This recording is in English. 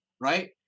right